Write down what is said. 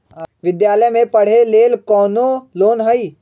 विद्यालय में पढ़े लेल कौनो लोन हई?